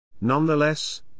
Nonetheless